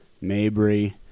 Mabry